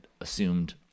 assumed